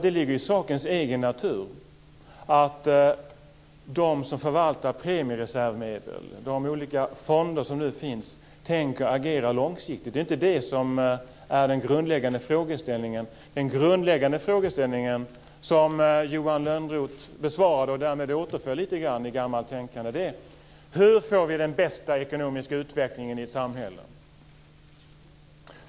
Det ligger i sakens egen natur att de som förvaltar premiereservmedel, de olika fonder som nu finns, tänker agera långsiktigt. Det är inte det som är den grundläggande frågeställningen. Den grundläggande frågeställning som Johan Lönnroth besvarade, och därmed återföll lite grann i gammalt tänkande, är: Hur får vi den bästa ekonomiska utvecklingen i ett samhälle?